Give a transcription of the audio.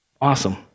awesome